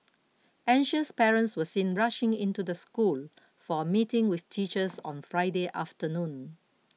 anxious parents were seen rushing into the school for a meeting with teachers on Friday afternoon